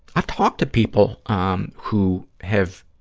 i've talked to people um who have,